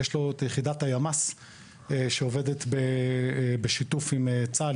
יש לו יחידת הימ"ס שעובדת בשיתוף עם צה"ל,